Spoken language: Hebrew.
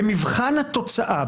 במבחן התוצאה,